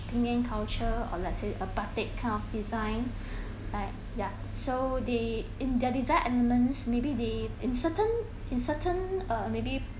penang culture or let's say a batik kind of design like ya so they in their design elements maybe they in certain in certain uh maybe